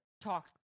talk